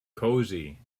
cosy